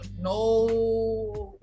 no